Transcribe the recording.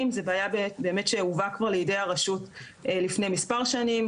זה דבר שהובא לידי הרשות לפני מספר שנים,